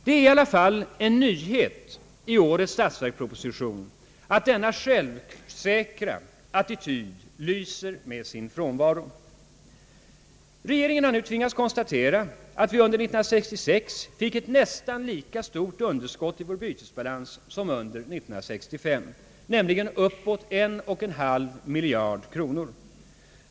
Det är i varje fall en nyhet i årets statsverksproposition att denna självsäkra attityd lyser med sin frånvaro. Regeringen har nu tvingats konstatera att vi under 1966 fick ett nästan lika stort underskott i vår bytesbalans som under 1965, nämligen uppåt en och en halv miljard kronor.